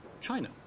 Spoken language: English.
China